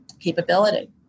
capability